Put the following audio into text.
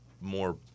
more